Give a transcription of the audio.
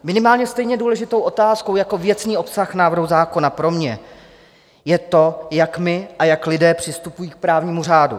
Minimálně stejně důležitou otázkou jako věcný obsah návrhu zákona pro mě je to, jak my a jak lidé přistupujeme k právnímu řádu.